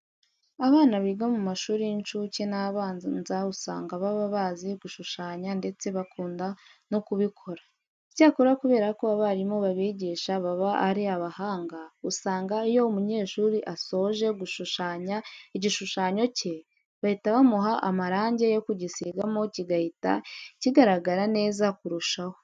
Abana biga mu mashuri y'incuke n'abanza usanga baba bazi gushushanya ndetse bakunda no kubikora. Icyakora kubera ko abarimu babigisha baba ari abahanga, usanga iyo umunyeshuri asoje gushushanya igishushanyo cye, bahita bamuha amarange yo kugisigamo kigahita kigaragara neza kurushaho.